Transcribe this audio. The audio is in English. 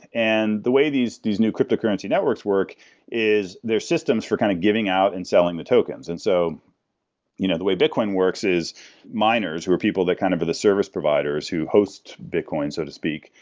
and the way these these new cryptocurrency networks work is there are systems for kind of giving out and selling the tokens. and so you know the way bitcoin works is miners who are people that kind of are the service providers who host bitcoin, so to speak,